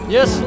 Yes